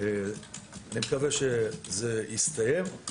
אני מקווה שזה יסתיים.